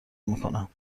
میکنم